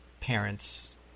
parents